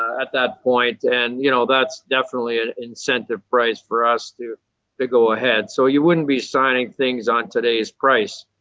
at that point. and you know that's definitely an incentive price for us to to go ahead. so you wouldn't be signing things at today's price.